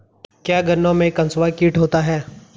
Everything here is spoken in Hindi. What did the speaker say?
क्या गन्नों में कंसुआ कीट होता है?